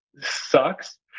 sucks